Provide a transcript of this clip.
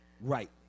Right